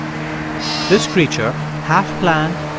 this creature, half-plant,